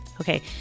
Okay